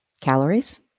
calories